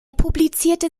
publizierte